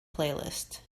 playlist